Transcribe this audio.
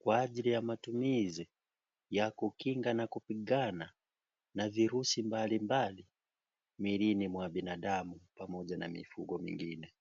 kwa ajili ya matumizi ya kukinga na kupigana na virusi mbalimbali miilini mwa binadamu pamoja na mifugo mingine.